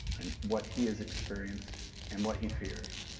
and what he has experienced and what he fears.